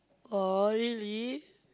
oh really